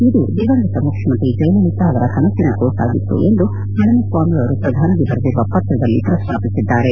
ಇದು ದಿವಂಗತ ಮುಖ್ಯಮಂತ್ರಿ ಜಯಲಲಿತಾ ಕನಸಿನ ಕೂಸಾಗಿತ್ತು ಎಂದು ಪಳನಿಸ್ವಾಮಿ ಅವರು ಪ್ರಧಾನಿಗೆ ಬರೆದಿರುವ ಪತ್ರದಲ್ಲಿ ಪ್ರಸ್ತಾಪಿಸಿದ್ದಾರೆ